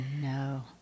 no